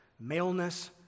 maleness